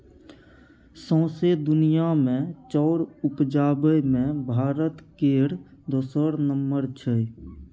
सौंसे दुनिया मे चाउर उपजाबे मे भारत केर दोसर नम्बर छै